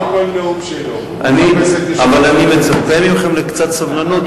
אבל אני מצפה מכם לקצת סבלנות,